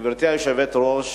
גברתי היושבת-ראש,